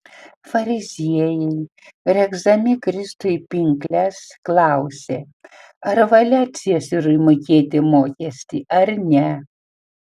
fariziejai regzdami kristui pinkles klausė ar valia ciesoriui mokėti mokestį ar ne